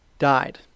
died